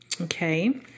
Okay